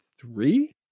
three